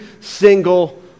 single